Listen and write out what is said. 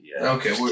Okay